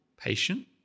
patient